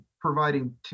providing